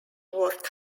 worked